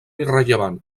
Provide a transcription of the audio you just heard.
irrellevant